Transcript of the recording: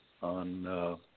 on